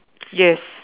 yes